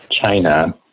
China